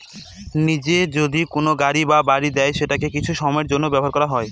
নিজে যদি কোনো গাড়ি বা বাড়ি দেয় সেটাকে কিছু সময়ের জন্য ব্যবহার করা হয়